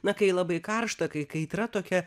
na kai labai karšta kai kaitra tokia